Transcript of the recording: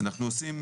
אנחנו עושים